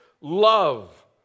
love